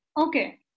okay